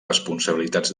responsabilitats